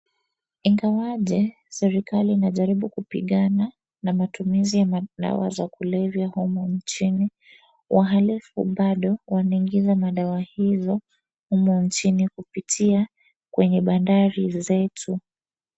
Ingawaje serikali inajaribu kupigana na matumizi ya dawa za kulevya humu nchini, wahalifu bado wanaingiza madawa hizo humu nchini kupitia kwenye bandari zetu.